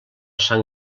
sant